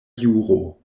juro